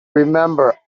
remember